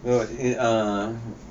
oh eh ah